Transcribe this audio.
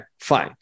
fine